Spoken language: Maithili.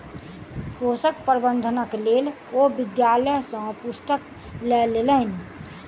पोषक प्रबंधनक लेल ओ विद्यालय सॅ पुस्तक लय लेलैन